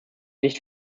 nicht